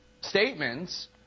statements